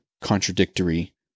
contradictory